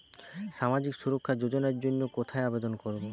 সামাজিক সুরক্ষা যোজনার জন্য কোথায় আবেদন করব?